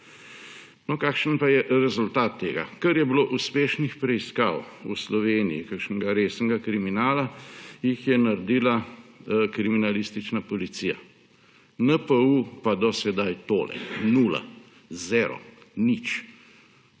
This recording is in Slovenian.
No, kakšen pa je rezultat tega? Kar je bilo uspešnih preiskav v Sloveniji kakšnega resnega kriminala, jih je naredila kriminalistična policija. NPU pa do sedaj tole – nula, zero, nič.